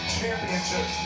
Championship